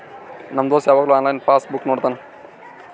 ನಮ್ ದೋಸ್ತ ಯವಾಗ್ನು ಆನ್ಲೈನ್ನಾಗೆ ಪಾಸ್ ಬುಕ್ ನೋಡ್ತಾನ